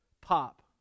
pop